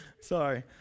Sorry